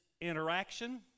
interaction